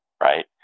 right